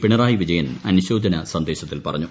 പിണറായി വിജയൻ അനുശോപ്പിന് സന്ദേശത്തിൽ പറഞ്ഞു